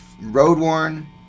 road-worn